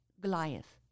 Goliath